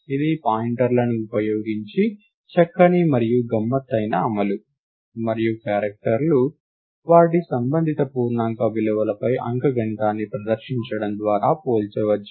ఇది పాయింటర్లను ఉపయోగించి చక్కని మరియు గమ్మత్తైన అమలు మరియు క్యారెక్టర్ లు వాటి సంబంధిత పూర్ణాంక విలువలపై అంకగణితాన్ని ప్రదర్శించడం ద్వారా పోల్చవచ్చు